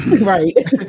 Right